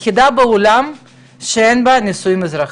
בעולם שאין בה נישואים אזרחיים.